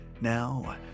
Now